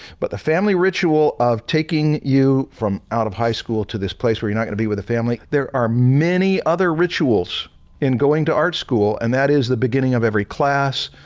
but the family ritual of taking you from out of high school to this place where you are not going to be with the family, there are many other rituals in going to art school, and that is the beginning of every class,